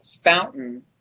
fountain